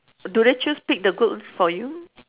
do they just pick the good for you